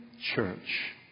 church